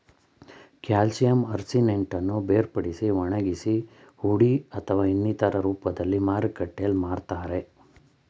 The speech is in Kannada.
ಕ್ಯಾಲ್ಸಿಯಂ ಆರ್ಸಿನೇಟನ್ನು ಬೇರ್ಪಡಿಸಿ ಒಣಗಿಸಿ ಹುಡಿ ಅಥವಾ ಇನ್ನಿತರ ರೂಪ್ದಲ್ಲಿ ಮಾರುಕಟ್ಟೆಲ್ ಮಾರ್ತರೆ